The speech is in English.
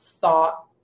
thought